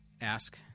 ask